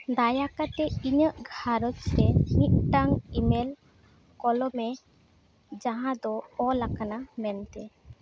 ᱫᱟᱭᱟ ᱠᱟᱛᱮ ᱤᱧᱟᱹᱜ ᱜᱷᱟᱨᱚᱸᱡᱽ ᱨᱮ ᱢᱤᱫᱴᱟᱝ ᱤᱼᱢᱮᱞ ᱠᱳᱞᱚᱢᱮ ᱡᱟᱦᱟᱸ ᱫᱚ ᱚᱞᱟᱠᱟᱱᱟ ᱢᱮᱱᱛᱮ